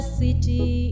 city